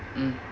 mm